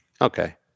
Okay